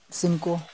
ᱥᱤᱢ ᱠᱚ